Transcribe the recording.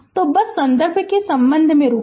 तो बस संदर्भ के संबंध में रुकें